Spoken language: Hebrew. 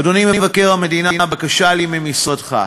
אדוני מבקר המדינה, בקשה לי ממשרדך: